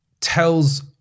tells